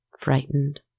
frightened